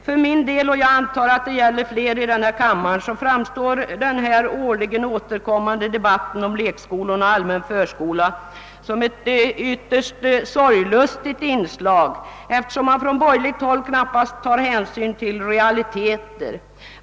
För min del, och jag antar att detta gäller flera i denna kammare, framstår den årligen återkommande debatten om lekskola och allmän förskola som ett ytterst sorglustigt inslag eftersom de borgerliga knappast tar hänsyn till realiteter.